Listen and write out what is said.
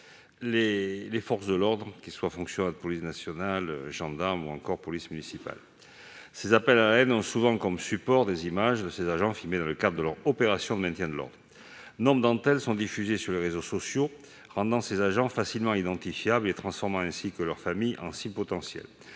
des forces de l'ordre, qu'ils soient fonctionnaires de police nationale, gendarmes ou encore policiers municipaux. Ces appels à la haine ont souvent comme support des images de ces agents filmés dans le cadre d'opérations de maintien de l'ordre. Nombre d'entre elles sont diffusées sur les réseaux sociaux, rendant ces agents facilement identifiables, les transformant, ainsi que leurs familles, en cibles potentielles.